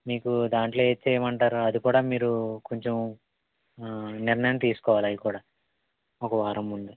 మీకు దానిలో ఏది చెయ్యమంటారు అది కూడా మీరు కొంచెం నిర్ణయం తీసుకోవాలి అది కూడా ఒక వారం ముందు